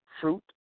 Fruit